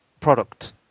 product